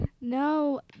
No